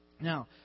Now